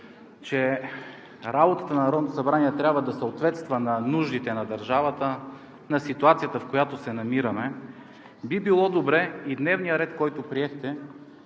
събрание трябва да съответства на нуждите на държавата, на ситуацията, в която се намираме, би било добре и дневният ред, който приехте,